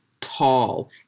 tall